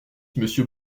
monsieur